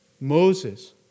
Moses